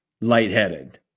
lightheaded